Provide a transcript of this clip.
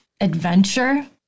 adventure